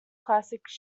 classics